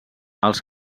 els